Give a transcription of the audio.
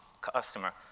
customer